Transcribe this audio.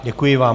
Děkuji vám.